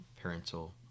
parental